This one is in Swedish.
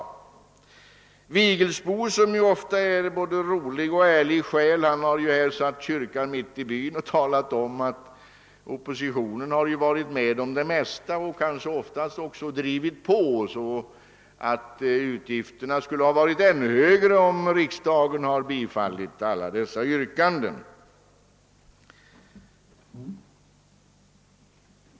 Herr Vigelsbo, som är en både rolig och ärlig själ, har satt kyrkan mitt i byn genom att säga att oppositionen har varit med om de flesta utgifterna och kanske ofta drivit på, så att utgifterna skulle ha varit ännu högre om riksdagen hade bifallit alla dess yrkanden.